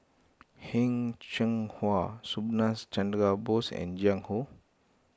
Heng Cheng Hwa Subhas Chandra Bose and Jiang Hu